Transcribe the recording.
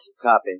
copy